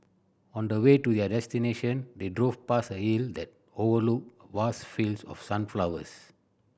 on the way to their destination they drove past a hill that overlooked vast fields of sunflowers